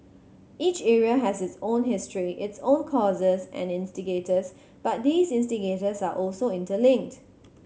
each area has its own history its own causes and instigators but these instigators are also interlinked